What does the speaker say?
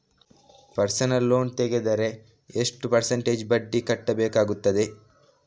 Personal loan ತೆಗೆದರೆ ಎಷ್ಟು percentage ಬಡ್ಡಿ ಕಟ್ಟಬೇಕಾಗುತ್ತದೆ?